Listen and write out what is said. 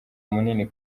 munini